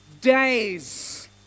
days